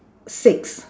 six